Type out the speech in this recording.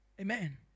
Amen